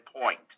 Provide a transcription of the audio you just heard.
point